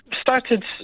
started